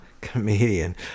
comedian